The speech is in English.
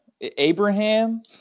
abraham